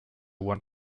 won